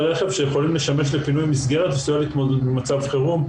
רכב שיכולים לשמש פינוי מסגרת וסיוע להתמודדות עם מצב החירום".